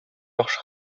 яхшы